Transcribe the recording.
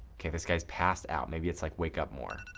okay, this guy's passed out, maybe it's like wake up more.